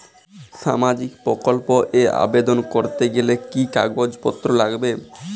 সামাজিক প্রকল্প এ আবেদন করতে গেলে কি কাগজ পত্র লাগবে?